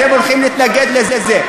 אתם הולכים להתנגד לזה.